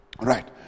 right